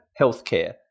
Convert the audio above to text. healthcare